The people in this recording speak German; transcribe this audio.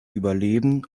überleben